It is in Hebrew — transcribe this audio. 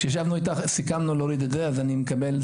כשישבנו איתך סיכמנו להוריד את זה, אז אני מקבל.